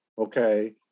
okay